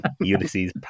Ulysses